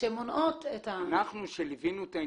שמונעות את התקדמות.